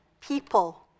people